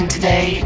today